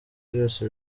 byose